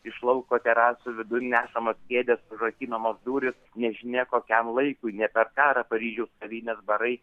iš lauko terasų vidun nešamos kėdės užrakinamos durys nežinia kokiam laikui nė per karą paryžiaus kavinės barai